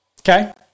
Okay